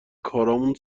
کارامون